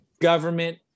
government